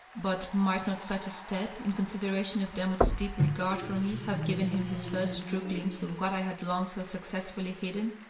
but might not such a step, in con sideration of demotte's deep regard for me, have given him his first true glimpse of what i had long so successfully hidden?